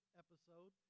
episode